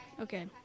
Okay